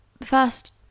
first